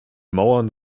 mauern